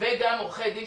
וגם עורכי דין